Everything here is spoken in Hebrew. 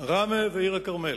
ראמה ועיר-הכרמל.